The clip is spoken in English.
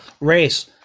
Race